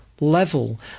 level